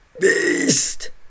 beast